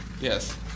Yes